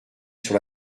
sur